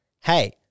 hey